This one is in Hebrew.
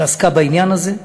שעסקה בעניין הזה.